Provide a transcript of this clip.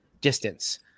distance